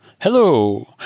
Hello